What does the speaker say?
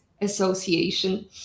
Association